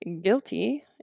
guilty